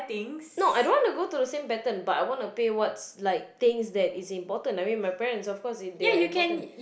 no I don't wanna go to the same pattern but I wanna pay what's like things that is important I mean my parents of course they are important